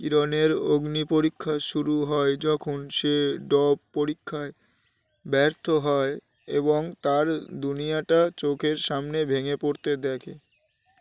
কণের অগ্নি পরীক্ষা শুরু হয় যখন সে ডপ পরীক্ষায় ব্যর্থ হয় এবং তার দুনিয়াটা চোখের সামনে ভেঙে পড়তে দেখে